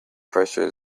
pressure